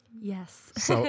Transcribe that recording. Yes